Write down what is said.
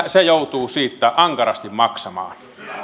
joutuu siitä ankarasti maksamaan